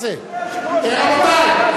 רבותי,